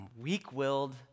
weak-willed